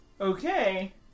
Okay